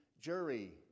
jury